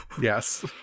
yes